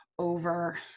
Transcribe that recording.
Over